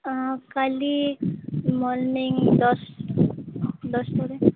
ହଁ କାଲି ମର୍ନିଙ୍ଗ୍ ଦଶ ଦଶ ପରେ